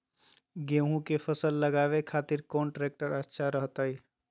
गेहूं के फसल लगावे खातिर कौन ट्रेक्टर अच्छा रहतय?